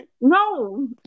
No